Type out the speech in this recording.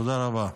תודה רבה.